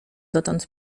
dotąd